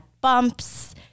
bumps